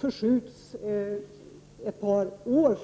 först efter ett par år.